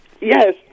Yes